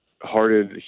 hearted